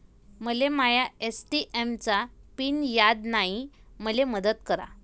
मले माया ए.टी.एम चा पिन याद नायी, मले मदत करा